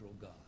God